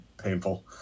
Painful